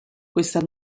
questa